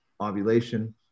ovulation